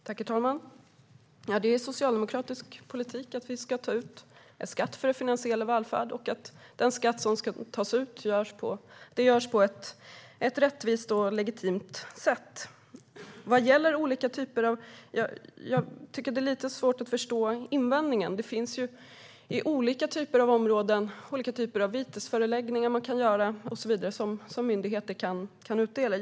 Herr talman! Det är socialdemokratisk politik att ta ut skatt för att finansiera välfärd. Skatten ska tas ut på ett rättvist och legitimt sätt. Jag har lite svårt att förstå invändningen. Det finns på olika områden olika typer av vitesförelägganden som myndigheter kan utdela.